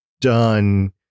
done